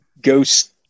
ghost